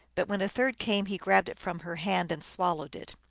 but when a third came he grabbed it from her hand, and swallowed it.